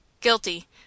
Guilty